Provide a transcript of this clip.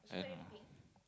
I don't know